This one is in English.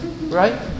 right